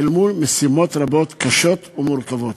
אל מול משימות רבות, קשות ומורכבות.